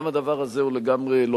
גם הדבר הזה הוא לא ברור.